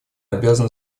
обязаны